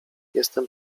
jestem